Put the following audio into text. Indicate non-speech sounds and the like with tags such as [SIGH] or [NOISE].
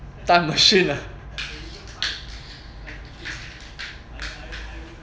time machine ah [LAUGHS]